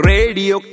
Radio